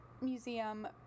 museum